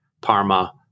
Parma